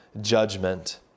judgment